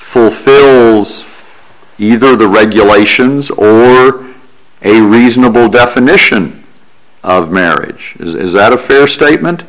for either the regulations or a reasonable definition of marriage is that a fair statement